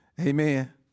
Amen